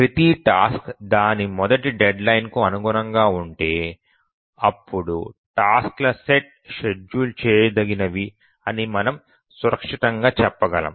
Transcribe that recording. ప్రతి టాస్క్ దాని మొదటి డెడ్ లైన్ కు అనుగుణంగా ఉంటే అప్పుడు టాస్క్ ల సెట్ షెడ్యూల్ చేయదగినవి అని మనము సురక్షితంగా చెప్పగలం